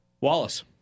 Wallace